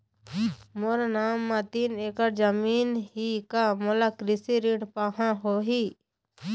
मोर नाम म तीन एकड़ जमीन ही का मोला कृषि ऋण पाहां होही?